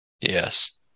Yes